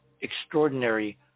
extraordinary